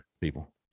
people